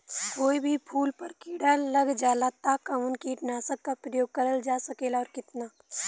कोई भी फूल पर कीड़ा लग जाला त कवन कीटनाशक क प्रयोग करल जा सकेला और कितना?